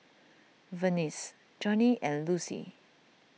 Vernice Jonnie and Lucie